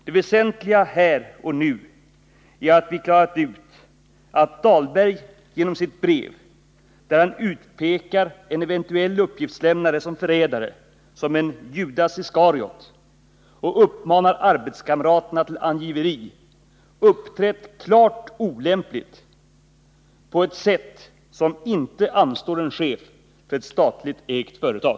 Det väsentliga här och nu är att vi klarat ut att Dahlberg genom sitt brev, där han utpekar en eventuell uppgiftslämnare som förrädare, som en Judas Iskariot, och uppmanar arbetskamraterna till angiveri, uppträtt klart olämpligt — på ett sätt som inte anstår en chef för ett statligt ägt företag.